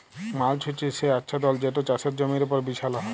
mulch হছে সে আচ্ছাদল যেট চাষের জমির উপর বিছাল হ্যয়